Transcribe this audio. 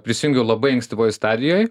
prisijungiau labai ankstyvoj stadijoj